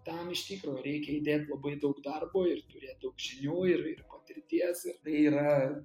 tam iš tikro reikia įdėt labai daug darbo ir turėt daug žinių ir ir patirties ir tai yra